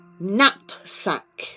Knapsack